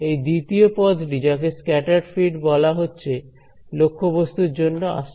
এই দ্বিতীয় পদটি যাকে স্ক্যাটার্ড ফিল্ড বলা হচ্ছে লক্ষ্যবস্তুর জন্য আসছে